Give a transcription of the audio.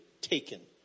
taken